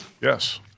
Yes